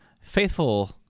faithful